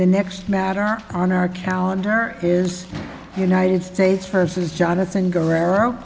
the next matter on our calendar is united states vs jonathan guerrero